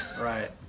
Right